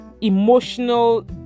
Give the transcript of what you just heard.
emotional